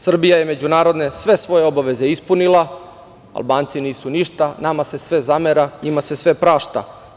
Srbija je međunarodne sve svoje obaveze ispunila, Albanci nisu ništa, nama se sve zamera, njima se sve prašta.